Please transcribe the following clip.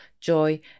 joy